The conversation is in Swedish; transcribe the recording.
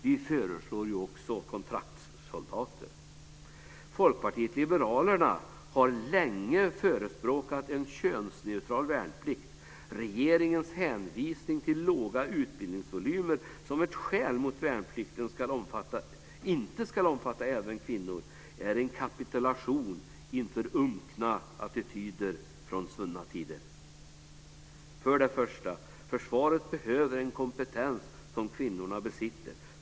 Vi föreslår ju också kontraktssoldater. Folkpartiet liberalerna har länge förespråkat en könsneutral värnplikt. Regeringens hänvisning till små utbildningsvolymer, som ett skäl för att värnplikten inte ska omfatta även kvinnor, är en kapitulation inför unkna attityder från svunna tider. För det första: Försvaret behöver den kompetens som kvinnorna besitter.